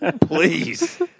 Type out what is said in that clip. Please